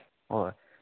ꯍꯣꯏ